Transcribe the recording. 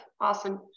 Awesome